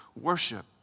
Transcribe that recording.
worship